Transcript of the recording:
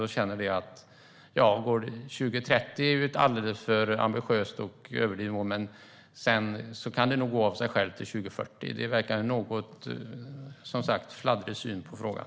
Man känner att 2030 är ett alldeles för ambitiöst och överdrivet mål, men sedan kan det nog gå av sig självt till 2040. Det verkar som en något fladdrig syn på frågan.